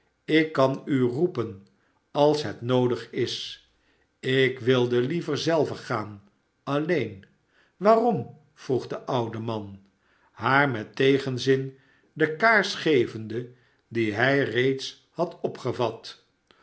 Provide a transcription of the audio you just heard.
ik kan u roepen als het noodig is ik wilde liever zelve gaan alleen waarom vroeg de oude man haar met tegenzin de kaars gevende die hij reeds had opgevat